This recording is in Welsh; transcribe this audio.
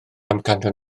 amcanion